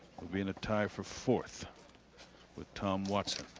we'll be in a tie for fourth with tom watson.